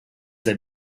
they